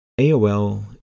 AOL